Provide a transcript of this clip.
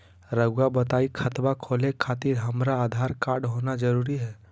रउआ बताई खाता खोले खातिर हमरा आधार कार्ड होना जरूरी है?